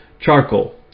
Charcoal